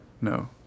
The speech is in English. No